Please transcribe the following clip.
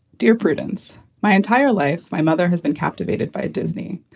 dear prudence, my entire life. my mother has been captivated by disney.